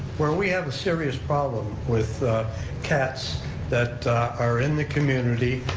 where we have a serious problem with cats that are in the community,